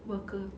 worker